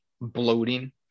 bloating